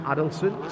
Adelson